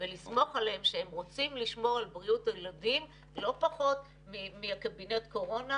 ולסמוך עליהם שהם רוצים לשמור על בריאות הילדים לא פחות מקבינט הקורונה,